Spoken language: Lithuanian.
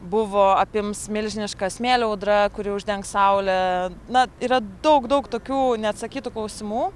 buvo apims milžiniška smėlio audra kuri uždengs saulę na yra daug daug tokių neatsakytų klausimų